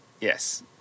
Yes